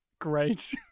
great